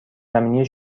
زمینی